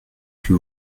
que